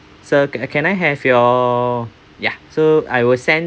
sir c~ can I have your ya so I will send